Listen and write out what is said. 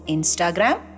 Instagram